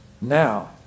now